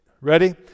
Ready